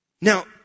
Now